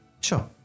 sure